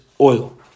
oil